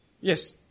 Yes